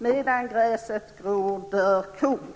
Medan gräset gror dör kon.